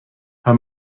her